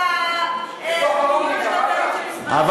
אבל,